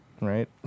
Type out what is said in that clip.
Right